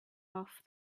off